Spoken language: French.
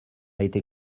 été